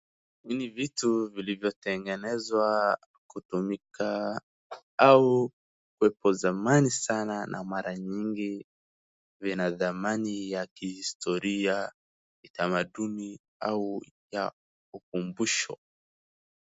Hiii ni vitu iliyotenegenezwa na kutumika zamani sana na mara nyingi vina dhamani ya kihistoria, tamaduni au vya ukumbusho.